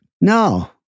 No